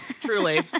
Truly